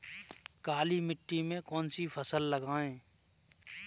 काली मिट्टी में कौन सी फसल लगाएँ?